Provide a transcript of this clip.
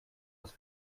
das